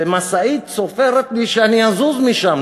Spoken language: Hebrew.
ומשאית צופרת לי שאני אזוז משם.